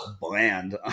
...bland